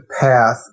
path